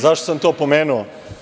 Zašto sam to pomenuo?